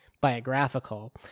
biographical